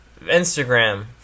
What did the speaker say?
Instagram